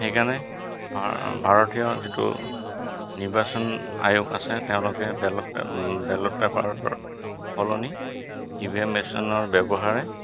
সেইকাৰণে ভাৰতীয় যিটো নিৰ্বাচন আয়োগ আছে তেওঁলোকে বেলত বেলত পেপাৰৰ সলনি ই ভি এম মেচিনৰ ব্যৱহাৰে